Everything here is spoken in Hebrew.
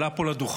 עלה פה לדוכן,